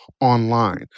online